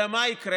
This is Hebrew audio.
אלא מה יקרה?